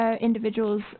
individuals